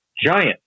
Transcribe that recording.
giant